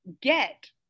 get